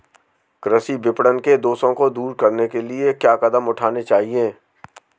कृषि विपणन के दोषों को दूर करने के लिए क्या कदम उठाने चाहिए?